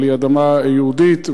אבל היא אדמה יהודית,